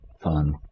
Fun